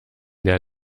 der